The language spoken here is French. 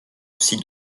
aussi